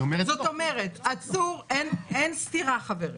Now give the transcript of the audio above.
אין סתירה, חברים.